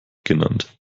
genannt